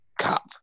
cop